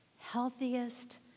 healthiest